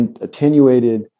attenuated